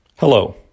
Hello